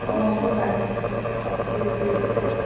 ହଁ ମୁଁ ଜାଣିଛି ସଂସ୍କୃତି ରୋଷେଇ